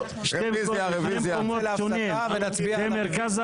אין נמנעים,